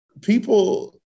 people